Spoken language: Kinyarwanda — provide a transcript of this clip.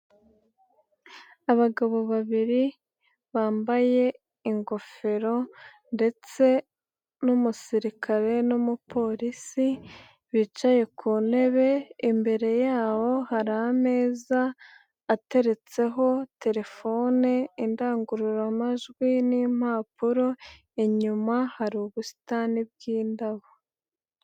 Abagabo babiri bambaye ingofero, ndetse n'umusirikare n'umupolisi, bicaye ku ntebe imbere yabo hari ameza ateretseho terefone, indangururamajwi, n'immpapuro, inyuma hari ubusitani bw'indabo.